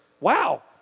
Wow